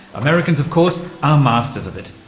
americans, of course, are masters of it,